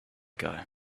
guy